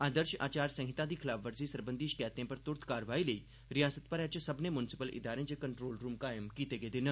आदर्श आचार संहिता दी खलाफवर्जी सरबंघी शकैतें पर तुरत कार्रवाई लेई रिआसत भरै च सब्मने मुंसिपल इदारें च कंट्रोल रूम कायम कीते गेदे न